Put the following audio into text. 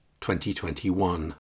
2021